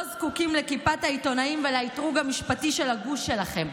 לא זקוקים לכיפת העיתונאים ולאתרוג המשפטי של הגוש שלכם.